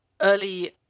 early